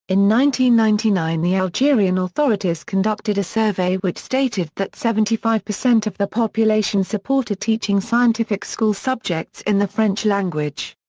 ninety ninety nine the algerian authorities conducted a survey which stated that seventy five percent of the population supported teaching scientific school subjects in the french language.